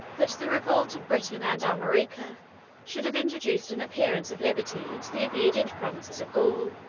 that the revolt of britain and armorica should have introduced an appearance of liberty into the obedient provinces of gaul.